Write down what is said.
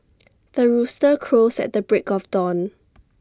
the rooster crows at the break of dawn